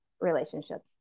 relationships